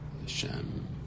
Hashem